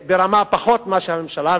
העלו אותו ברמה פחותה ממה שהממשלה רצתה,